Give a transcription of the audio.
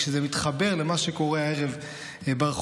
וכשזה מתחבר למה שקורה הערב ברחובות,